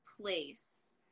place